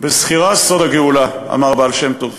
"בזכירה סוד הגאולה", אמר הבעל שם טוב.